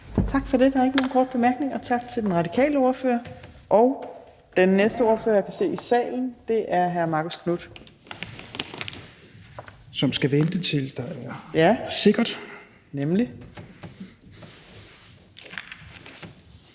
Tak for det. Der er ikke nogen korte bemærkninger. Tak til den radikale ordfører. Den næste ordfører, jeg kan se i salen, er hr. Marcus Knuth. Kl. 15:31 (Ordfører) Marcus